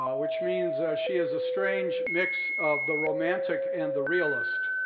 which means she has a strange mix of the romantic and the realist.